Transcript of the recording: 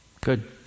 Good